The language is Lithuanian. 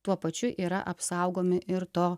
tuo pačiu yra apsaugomi ir to